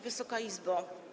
Wysoka Izbo!